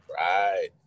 right